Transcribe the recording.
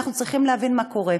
אנחנו צריכים להבין מה קורה.